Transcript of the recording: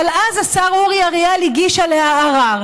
אבל אז השר אורי אריאל הגיש עליה ערר.